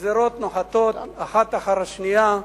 הגזירות נוחתות האחת אחר השנייה.